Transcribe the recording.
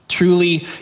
truly